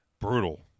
brutal